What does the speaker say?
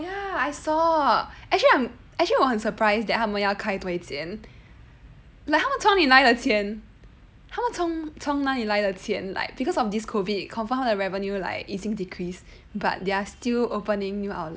oh ya I saw actually I'm actually 我很 surprised that 他们要开多一间 like 他们从哪里来的钱他们从从哪里来的钱 like because of this COVID confirm 他的 revenue like 已经 decrease but they are still opening new outlets